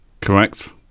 Correct